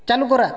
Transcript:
চালু করা